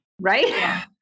Right